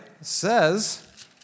says